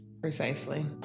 precisely